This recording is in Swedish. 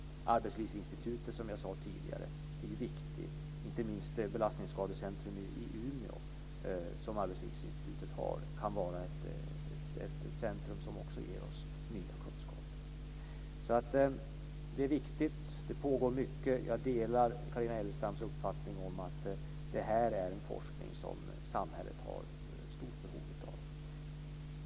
Arbetslivsinstitutet är viktigt, som jag sade tidigare. Inte minst Belastningsskadecentrum i Umeå, som lyder under Arbetslivsinstitutet, kan vara ett centrum som ger oss nya kunskaper. Detta är viktigt, och det är mycket som pågår. Jag delar Carina Adolfsson Elgestams uppfattning att det här är en forskning som samhället har stort behov av.